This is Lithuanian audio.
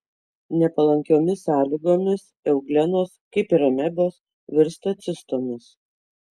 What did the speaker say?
nepalankiomis sąlygomis euglenos kaip ir amebos virsta cistomis